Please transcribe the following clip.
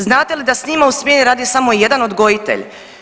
Znate li da sa njima u smjeni radi samo jedan odgojitelj.